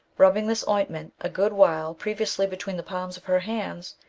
rubbing this ointment a good while previously between the palms of her hands,